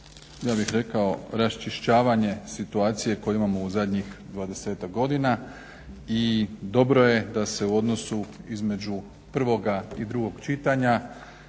ja bih rekao raščišćavanje situacije koju imamo u zadnjih dvadesetak godina. I dobro je da se u odnosu između pravoga i drugog čitanja